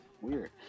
weird